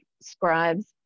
scribes